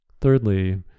Thirdly